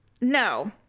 No